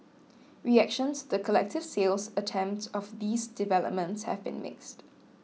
reactions the collective sales attempt of these developments have been mixed